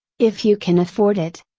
if you can afford it,